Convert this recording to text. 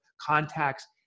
contacts